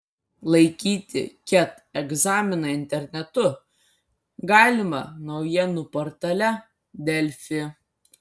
laikyti ket egzaminą internetu galima naujienų portale delfi